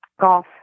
Golf